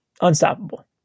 Unstoppable